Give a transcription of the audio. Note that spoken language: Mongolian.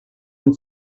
хүн